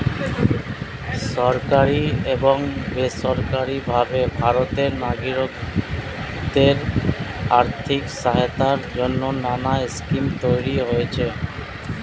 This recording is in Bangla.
সরকারি এবং বেসরকারি ভাবে ভারতের নাগরিকদের আর্থিক সহায়তার জন্যে নানা স্কিম তৈরি হয়েছে